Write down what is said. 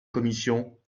commission